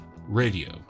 radio